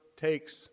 takes